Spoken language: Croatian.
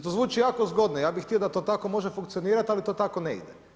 To zvuči jako zgodno, ja bi htio da to tako može funkcionirati ali to tako ne ide.